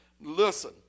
Listen